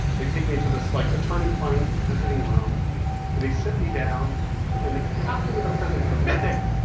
they take me to this like attorney-client visiting room and they sit me down and the captain of the prison goes, mitnick!